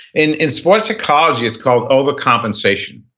in in sport psychology it's called overcompensation.